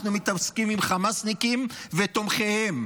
אנחנו מתעסקים עם חמאסניקים ותומכיהם,